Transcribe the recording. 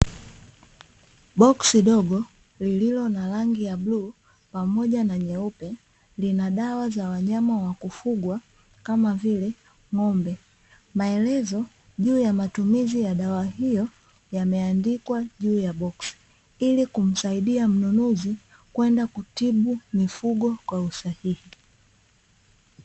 Boksi dogo lenye rangi ya bluu pamoja na nyeupe, linadawa za wanyama wa kufugwa kama vile ngombe. Maelezo ya juu ya matumizi ya dawa hiyo yameandikwa juu ya boksi ili kumsadia mnunuzi kuwatibu wanyama kwa usahihi.